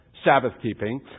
Sabbath-keeping